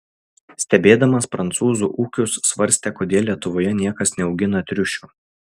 stebėdamas prancūzų ūkius svarstė kodėl lietuvoje niekas neaugina triušių